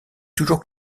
toujours